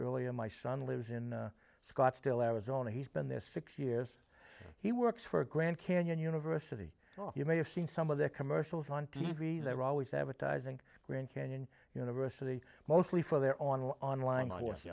earlier my son lives in scottsdale arizona he's been there six years he works for grand canyon university so you may have seen some of the commercials on t v they're always advertising grand canyon university mostly for their online online cou